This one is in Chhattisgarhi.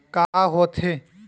का होथे?